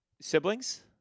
siblings